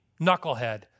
knucklehead